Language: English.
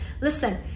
Listen